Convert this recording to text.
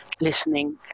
listening